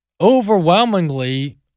overwhelmingly